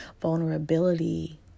vulnerability